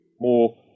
more